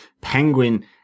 Penguin